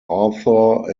author